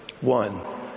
One